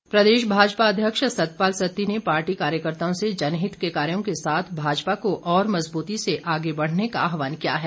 सत्ती प्रदेश भाजपा अध्यक्ष सतपाल सत्ती ने पार्टी कार्यकर्ताओं से जनहित के कार्यो के साथ भाजपा को और मजबूती से आगे बढ़ने का आह्वान किया है